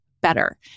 better